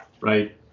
right